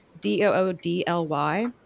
D-O-O-D-L-Y